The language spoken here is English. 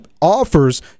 offers